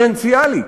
דיפרנציאלית.